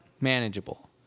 manageable